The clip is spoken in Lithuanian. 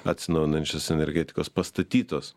atsinaujinančios energetikos pastatytos